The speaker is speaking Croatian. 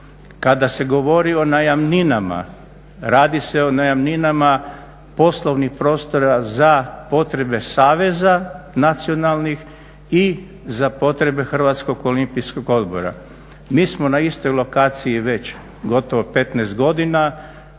Kada se govori o najamninama, radi se o najamninama poslovnih prostora za potrebe saveza nacionalnih i za potrebe Hrvatskog olimpijskog odbora. Mi smo na istoj lokaciji već gotovo 15 godina.